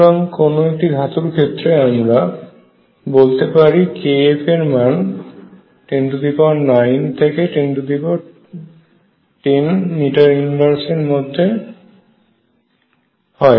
সুতরাং কোন একটি ধাতুর ক্ষেত্রে আমরা বলতে পারি kF এর মান প্রায় 109 থেকে 1010 মিটার ইনভার্স এর মধ্যে হয়